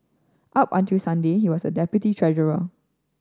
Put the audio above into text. up until Sunday he was deputy treasurer